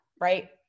right